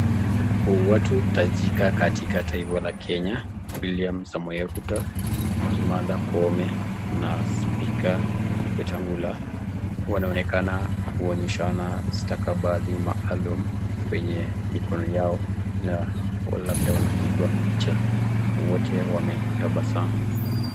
watu tajika katika taifa la Kenya William Samoei Ruto, Bi Martha Kome na spika Wetangula wanaonekana kuonyeshana stakabadhi maalum kwenye mikono yao na labda wanapigwa picha. Wote wametabasamu.